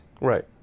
Right